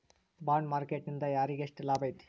Bond market ನಿಂದಾ ಯಾರಿಗ್ಯೆಷ್ಟ್ ಲಾಭೈತಿ?